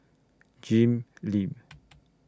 Jim Lim